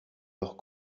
leurs